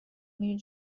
میری